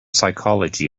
psychology